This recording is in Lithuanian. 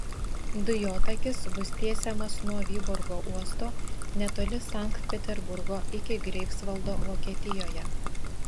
dujotakis bus tiesiamas nuo vyborgo uosto netoli sankt peterburgo iki greifsvaldo vokietijoje